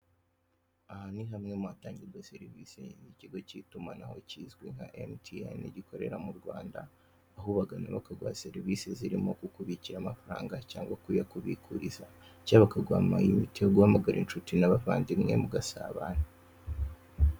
Aha ni hamwe mu hatangirwa serivise z'ikigo k'itumanaho kizwi nka Emutiyeni gikorera mu Rwanda, aho ubagana bakaguha serivise zirimo: kukubikira amafaranga, cyangwa kuyakubikuriza, cyangwa bakaguha ama inite yo guhamagara incuti n'abavandimwe mugasabana.